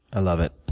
i love it.